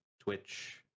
Twitch